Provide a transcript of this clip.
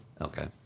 Okay